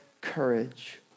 courage